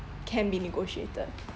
can be negotiated